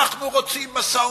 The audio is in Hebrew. אנחנו רוצים משא-ומתן,